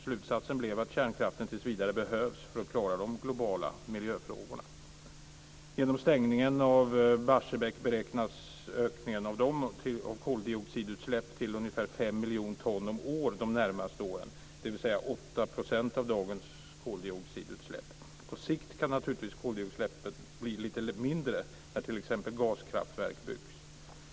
Slutsatsen blev att kärnkraften tills vidare behövs för att klara de globala miljöfrågorna. Genom stängningen av Barsebäck beräknas ökningen av koldioxidutsläpp till ungefär 5 miljoner ton om året de närmaste åren, dvs. 8 % av dagens koldioxidutsläpp. På sikt kan naturligtvis koldioxidutsläppen bli mindre när t.ex.